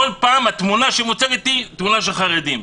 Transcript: כל פעם התמונה שמוצגת היא תמונה של חרדים.